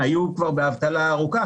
היו כבר באבטלה ארוכה,